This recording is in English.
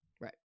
right